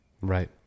Right